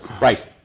Right